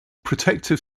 protective